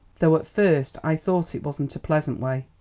though at first i thought it wasn't a pleasant way.